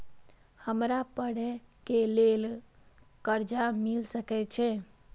हमरा पढ़े के लेल कर्जा मिल सके छे?